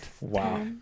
Wow